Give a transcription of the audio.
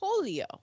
polio